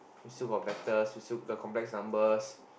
still got vectors we still got the complex numbers